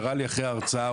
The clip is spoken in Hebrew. קרא לי אחרי ההרצאה,